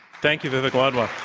thank you, vivek wadhwa.